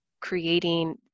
creating